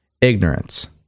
Ignorance